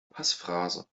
passphrase